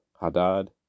Hadad